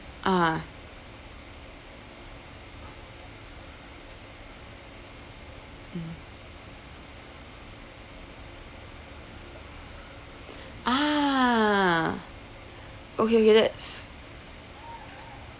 ah mm ah okay okay that's